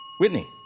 Whitney